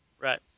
Right